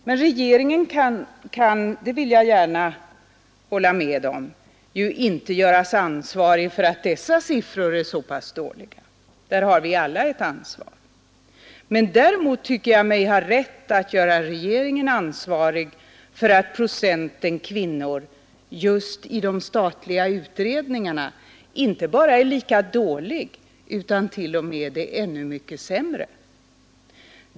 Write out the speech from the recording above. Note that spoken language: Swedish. Men regeringen kan, det vill jag gärna säga, ju inte göras ansvarig för att dessa siffror är så pass dåliga. Där har vi alla ett ansvar. Däremot tycker jag mig ha rätt att göra regeringen ansvarig för att procenten kvinnor just i de statliga utredningarna inte bara är lika dålig utan t.o.m. ännu mycket sämre.